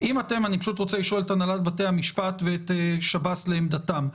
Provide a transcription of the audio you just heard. אני פשוט רוצה לשאול את הנהלת בתי המשפט ואת שב"ס לעמדתם.